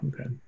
Okay